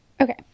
Okay